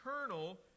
eternal